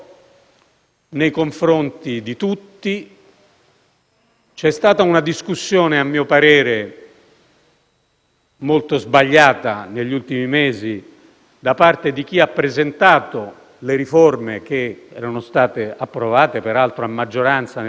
Credo che questo sia stato un errore. Invito, comunque, chi, in questi mesi, si è battuto alzando la bandiera del Parlamento contro ipotetici e - a mio avviso - inesistenti, tentativi autoritari,